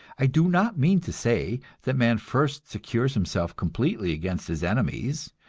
i do not mean to say that man first secures himself completely against his enemies,